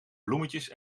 bloemetjes